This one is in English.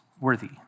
worthy